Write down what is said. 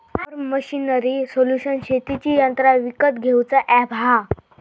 form machinery solution शेतीची यंत्रा विकत घेऊचा अॅप हा